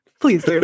Please